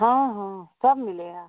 हाँ हाँ सब मिलेगा